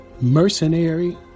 mercenary